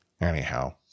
Anyhow